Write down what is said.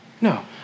no